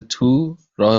تو، راه